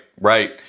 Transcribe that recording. Right